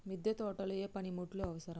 మిద్దె తోటలో ఏ పనిముట్లు అవసరం?